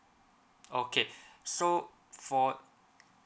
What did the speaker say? okay so for